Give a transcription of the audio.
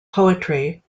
poetry